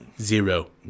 zero